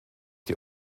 die